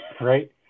Right